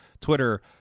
Twitter